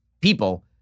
people